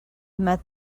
met